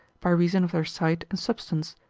by reason of their site and substance,